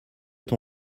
ton